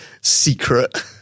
secret